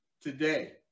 today